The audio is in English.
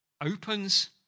opens